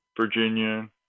Virginia